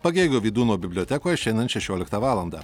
pagėgių vydūno bibliotekoje šiandien šešioliktą valandą